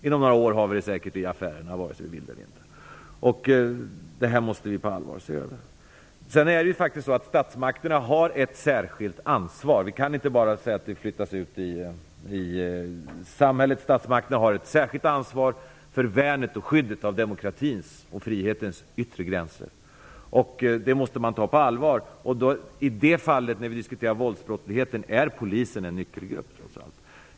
Inom några år har vi säkert alkoholförsäljning i butikerna vare sig vi vill eller inte. Statsmakterna har ett särskilt ansvar för skyddet av demokratins och frihetens yttre gränser. Detta måste man ta på allvar. När vi diskuterar våldsbrottsligheten är polisen trots allt en nyckelgrupp.